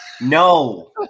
no